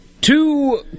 Two